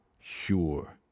Sure